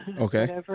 Okay